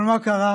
אבל מה קרה?